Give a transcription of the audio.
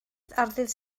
ddydd